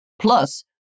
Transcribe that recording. plus